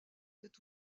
cet